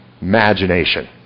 Imagination